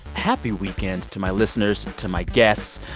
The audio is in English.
happy weekend to my listeners, to my guests.